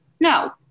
No